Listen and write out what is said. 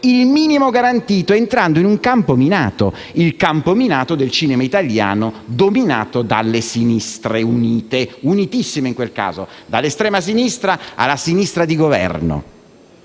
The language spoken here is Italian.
il minimo garantito, entrando in un campo minato, quello del cinema italiano dominato dalle sinistre unite, unitissime in quel caso, dall'estrema sinistra alla sinistra di Governo.